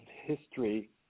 history